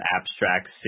abstract